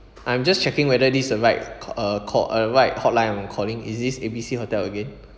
I'm just checking whether this is right uh called uh right hotline I'm calling is this A B C hotel again